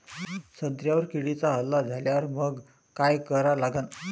संत्र्यावर किड्यांचा हल्ला झाल्यावर मंग काय करा लागन?